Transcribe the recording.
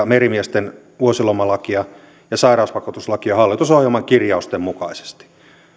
merimiesten vuosilomalakia ja sairausvakuutuslakia hallitusohjelman kirjausten mukaisesti